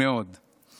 יסודית מאוד.